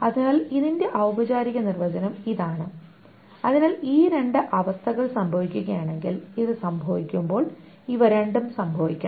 അതിനാൽ ഇതിന്റെ ഔപചാരിക നിർവചനം ഇതാണ് അതിനാൽ ഈ രണ്ട് അവസ്ഥകൾ സംഭവിക്കുകയാണെങ്കിൽ ഇത് സംഭവിക്കുമ്പോൾ ഇവ രണ്ടും സംഭവിക്കണം